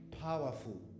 Powerful